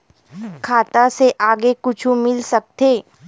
खाता से आगे कुछु मिल सकथे?